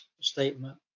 statement